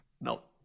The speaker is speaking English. No